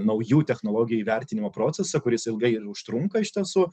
naujų technologijų įvertinimo procesą kuris ilgai užtrunka iš tiesų